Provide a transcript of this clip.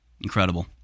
Incredible